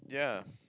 yeah